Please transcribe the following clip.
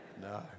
No